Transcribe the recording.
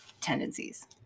tendencies